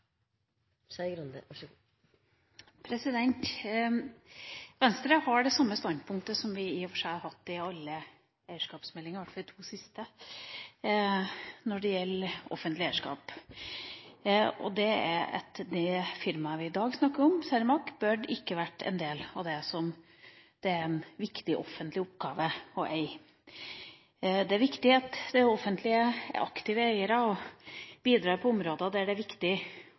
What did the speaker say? seg har hatt i forbindelse med alle eierskapsmeldinger, i hvert fall de to siste, når det gjelder offentlig eierskap: Det firmaet vi i dag snakker om, Cermaq, burde ikke vært en del av det som det er en viktig offentlig oppgave å eie. Det er viktig at det offentlige er aktiv eier og bidrar på områder der det er viktig